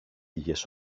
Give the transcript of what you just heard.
λίγες